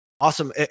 Awesome